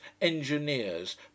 engineers